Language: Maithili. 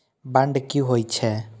बांड की होई छै?